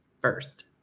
first